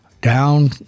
down